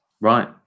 Right